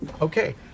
Okay